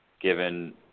given